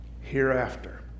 hereafter